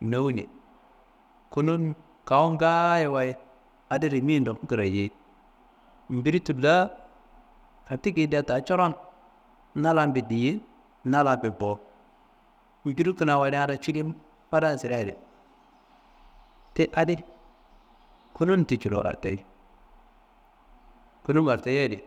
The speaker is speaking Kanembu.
nowune kunu n kawu n ngaayo waye adi rimi ye, ndoku kiraye ye. Mbiri tulla kattti kendea ta coron na lan be die, na lan mbe bo, mbiri kuna woliana cilim fadan sida di ti adi kunun ti culu hartayi, kunum hartayiya adi